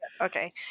Okay